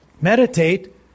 Meditate